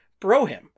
Brohim